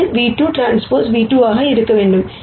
இது ν₂Tν₂ ஆக இருக்க வேண்டும்